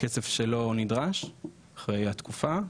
כסף שלא נדרש אחרי התקופה,